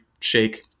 shake